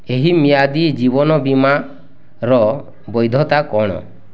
ଏହି ମିଆଦି ଜୀବନ ବୀମାର ବୈଧତା କ'ଣ